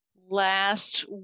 last